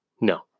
No